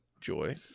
joy